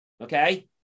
Okay